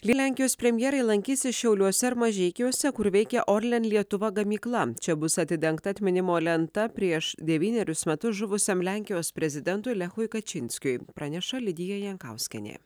lenkijos premjerai lankysis šiauliuose mažeikiuose kur veikia orlen lietuva gamykla čia bus atidengta atminimo lenta prieš devynerius metus žuvusiam lenkijos prezidentui lechui kačinskiui praneša lidija jankauskienė